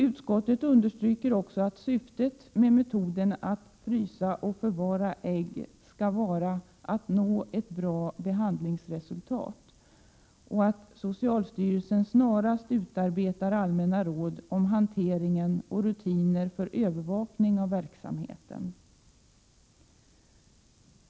Utskottet understryker att syftet med metoden att frysa och förvara ägg skall vara att nå ett bra behandlingsresultat och menar att socialstyrelsen snarast bör utarbeta allmänna råd om hanteringen av och rutiner för övervakning av verksamheten.